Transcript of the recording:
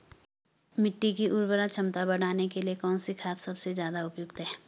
मिट्टी की उर्वरा क्षमता बढ़ाने के लिए कौन सी खाद सबसे ज़्यादा उपयुक्त है?